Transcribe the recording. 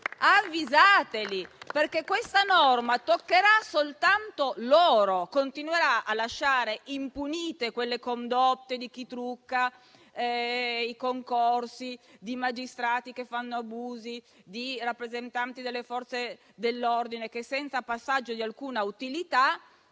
avvisateli, perché questa norma toccherà soltanto loro e continuerà a lasciare impunite le condotte di chi trucca i concorsi, dei magistrati che fanno abusi, dei rappresentanti delle Forze dell'ordine che, senza passaggio di alcuna utilità,